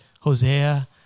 Hosea